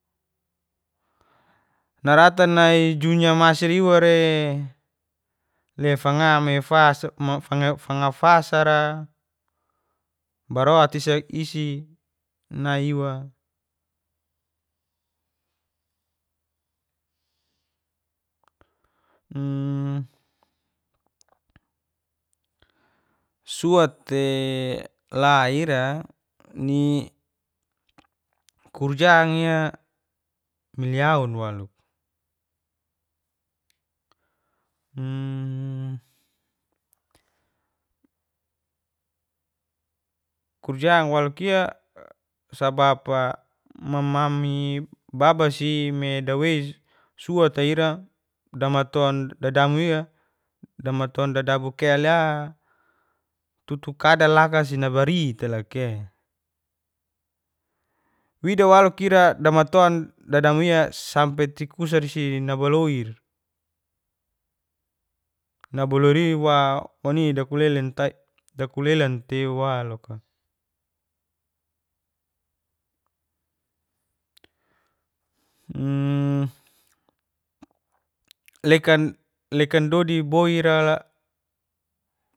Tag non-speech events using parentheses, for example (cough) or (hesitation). Naratan nai dunia masir iwa re (hesitation) fasara, barot is'i nai iwa. (hesitation) suata te la ira ni kurjang ira milyaun walu (hesitation) kurjang waluk iwa sabap mamami baba si me dawei suata ira damaton dadamu iwa. Damanton dadamu kela tutu kadal laka si nabarit lakae. Wida waluk ira damaton dadamuia sampe tikusar si nabiloir, nabiloir wa wani dakulelan tei wa loka (hesitation) leka dodi bo ira.